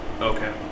Okay